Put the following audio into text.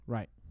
Right